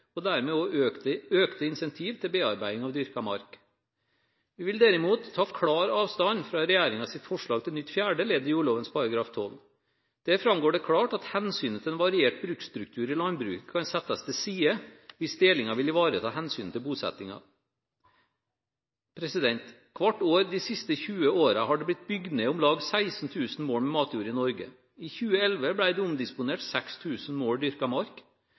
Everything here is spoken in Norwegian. og dermed også økte incentiver til bearbeiding av dyrket mark. Vi vil derimot ta klar avstand fra regjeringens forslag til nytt fjerde ledd i jordloven § 12. Der framgår det klart at hensynet til en variert bruksstruktur i landbruket kan settes til side hvis delingen vil ivareta hensynet til bosettingen. Hvert år de siste 20 årene har det blitt bygd ned om lag 16 000 mål med matjord i Norge. I 2011 ble det omdisponert 6 000 mål dyrket mark.